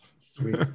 Sweet